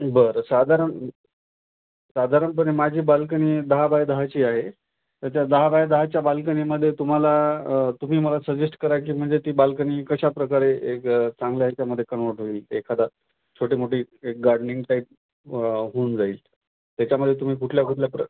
बरं साधारण साधारणपणे माझी बाल्कनी दहा बाय दहाची आहे तर त्या दहा बाय दहाच्या बाल्कनीमध्ये तुम्हाला तुम्ही मला सजेस्ट करा की म्हणजे ती बाल्कनी कशा प्रकारे एक चांगल्या याच्यामध्ये कन्व्हर्ट होईल एखादा छोटे मोठी एक गार्डनिंग टाईप होऊन जाईल त्याच्यामध्ये तुम्ही कुठल्या कुठल्या प्र